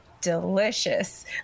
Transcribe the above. delicious